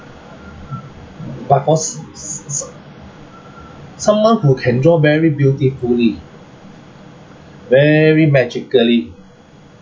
but for s~ s~ someone who can draw very beautifully very magically